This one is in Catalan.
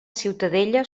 ciutadella